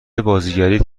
بازیگریت